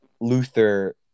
Luther